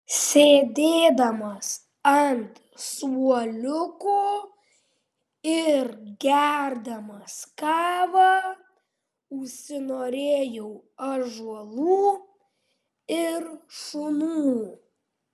sėdėdamas ant suoliuko ir gerdamas kavą užsinorėjau ąžuolų ir šunų